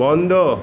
বন্ধ